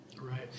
Right